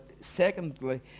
secondly